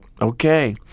okay